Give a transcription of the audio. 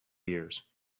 years